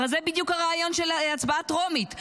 הרי זה בדיוק הרעיון של הצבעה טרומית.